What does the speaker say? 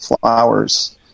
flowers